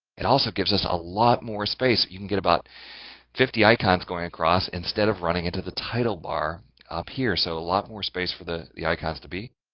it also gives us a lot more space. you can get about fifty icons going across instead of running into the title bar up here. so a lot more space for the the icons to be.